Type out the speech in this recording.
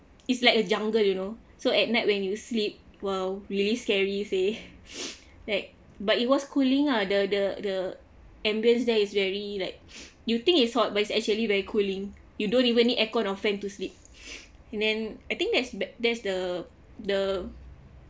it's like a jungle you know so at night when you sleep !wow! really scary say like but it was cooling ah the the the ambiance there it's very like you think it's hot but it's actually very cooling you don't even need aircond or fan to sleep then I think that's that's the the